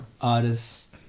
artists